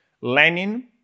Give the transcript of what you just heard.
Lenin